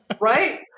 Right